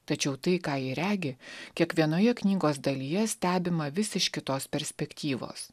tačiau tai ką ji regi kiekvienoje knygos dalyje stebima vis iš kitos perspektyvos